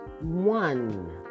one